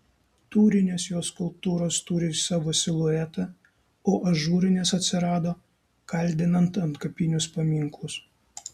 tūrinės jo skulptūros turi savo siluetą o ažūrinės atsirado kaldinant antkapinius paminklus